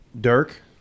Dirk